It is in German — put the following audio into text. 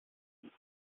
ins